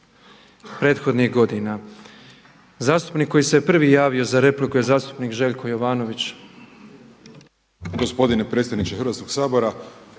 prethodnih godina. Zastupnik koji se prvi javio za repliku je zastupnik Željko Jovanović.